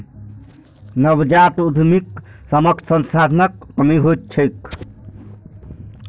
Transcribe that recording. नवजात उद्यमीक समक्ष संसाधनक कमी होइत छैक